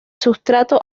sustrato